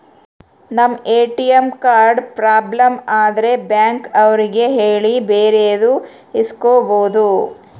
ನಮ್ ATM card problem ಆದ್ರೆ bank ಅವ್ರಿಗೆ ಹೇಳಿ ಬೇರೆದು ಇಸ್ಕೊಬೋದು